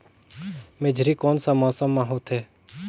मेझरी कोन सा मौसम मां होथे?